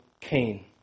Cain